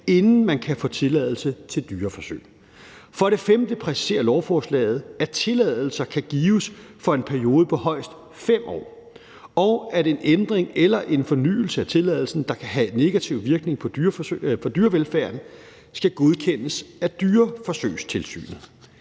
inden man kan få tilladelse til dyreforsøg. For det femte præciserer lovforslaget, at tilladelser kan gives for en periode på højst 5 år, og at en ændring eller en fornyelse af tilladelsen, der kan have en negativ virkning på dyrevelfærden, skal godkendes af Dyreforsøgstilsynet.